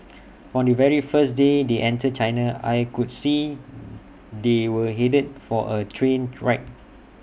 from the very first day they entered China I could see they were headed for A train wreck